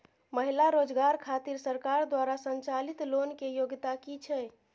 महिला रोजगार खातिर सरकार द्वारा संचालित लोन के योग्यता कि छै?